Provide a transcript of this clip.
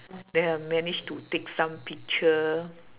then I managed to take some picture